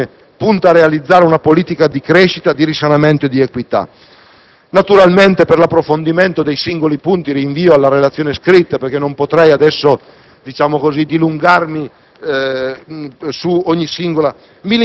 Attraverso quali strumenti il Documento di programmazione economico-finanziaria punta a realizzare una politica di crescita, di risanamento e di equità? Naturalmente, per l'approfondimento dei singoli punti rinvio alla relazione scritta, perché non potrei adesso